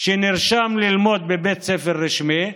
שנרשם ללמוד בבית ספר רשמי,